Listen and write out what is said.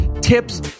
tips